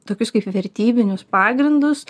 tokius kaip vertybinius pagrindus